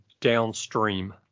downstream